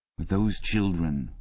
those children,